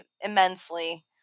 immensely